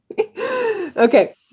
Okay